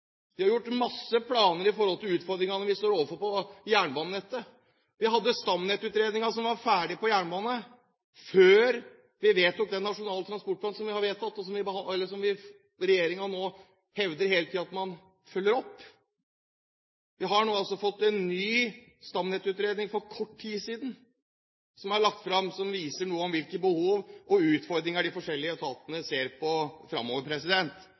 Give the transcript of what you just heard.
Vi har lagt masse planer når det gjelder utfordringene vi står overfor på jernbanenettet. Vi hadde stamnettutredningen, som var ferdig når det gjaldt jernbane, før vi vedtok den nasjonale transportplanen vi har, og som regjeringen nå hele tiden hevder at man følger opp. Det ble for kort tid siden lagt fram en ny stamnettutredning som viser noe om hvilke behov og utfordringer de forskjellige etatene ser